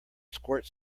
squirt